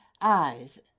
Eyes